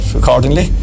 accordingly